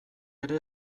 ere